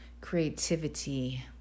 creativity